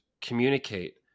communicate